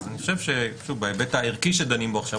אני חושב בהיבט הערכי שדנים בו עכשיו,